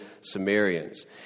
Sumerians